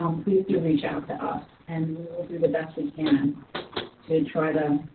um please do reach out to us and we will do the best we can to try to.